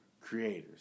creators